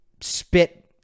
spit